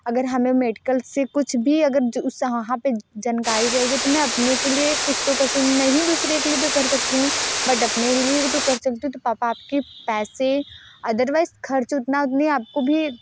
अगर हमें मेडकल से कुछ भी अगर उस वहाँ पर जानकारी रहेगी तो मैं अपने के लिए कुछ तो कर स नहीं दूसरे के लिए तो कर सकती हूँ बट अपने लिए तो कर सकती हूँ तो पापा आपके पैसे अदरवाइज़ ख़र्च उतना उतने आपको भी